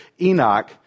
Enoch